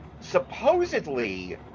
supposedly